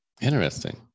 Interesting